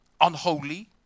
unholy